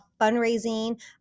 fundraising